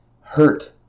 hurt